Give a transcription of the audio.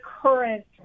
current